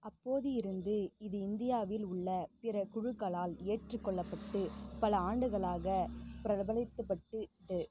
அப்போது இருந்து இது இந்தியாவில் உள்ள பிற குழுக்களால் ஏற்றுக்கொள்ளப்பட்டு பல ஆண்டுகளாக பிரபலத்துப்பட்டது